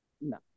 No